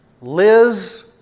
Liz